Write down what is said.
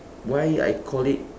why I call it